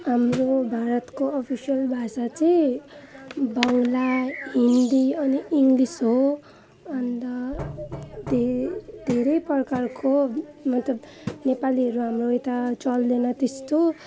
हाम्रो भारतको अफिसियल भाषा चाहिँ बङ्ला हिन्दी अनि इङ्ग्लिस हो अन्त धे धेरै प्रकारको मतलब नेपालीहरू हाम्रो यता चल्दैन त्यस्तो